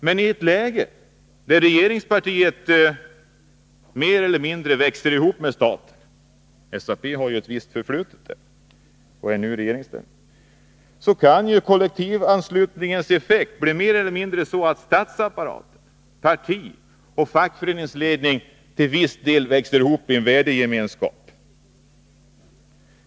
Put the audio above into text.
Men ii ett läge där regeringspartiet mer eller mindre växer ihop med staten —- SAP har ju ett visst förflutet i det avseendet och är nu i regeringsställning — kan effekten av kollektivanslutningen bli den att statsapparaten, parti och fackföreningsledning i viss mån växer ihop i en värdegemenskap.